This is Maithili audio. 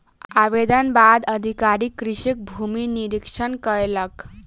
आवेदनक बाद अधिकारी कृषकक भूमि निरिक्षण कयलक